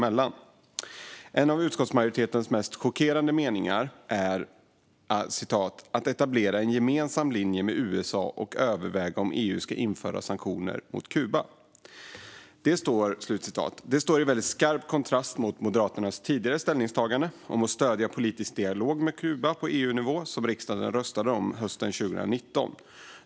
En av utskottsmajoritetens mest chockerande meningar är att "etablera en gemensam linje med USA och överväga om EU ska införa sanktioner mot Kuba". Det står i skarp kontrast mot Moderaternas tidigare ställningstagande att stödja politisk dialog med Kuba på EU-nivå, som riksdagen röstade om hösten 2019.